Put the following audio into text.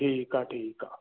ठीकु आहे ठीकु आहे